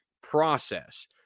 process